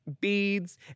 beads